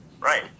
Right